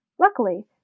Luckily